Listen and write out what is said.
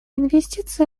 инвестиции